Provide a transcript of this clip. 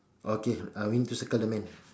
okay I want you to circle the man